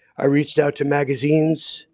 i reached out to magazines,